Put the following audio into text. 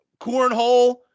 Cornhole